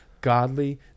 godly